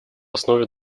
основе